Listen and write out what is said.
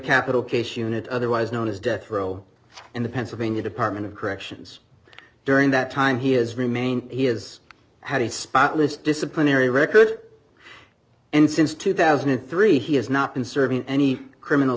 capital case unit otherwise known as death row and the pennsylvania department of corrections during that time he has remained he has had a spotless disciplinary record and since two thousand and three he has not been serving any criminal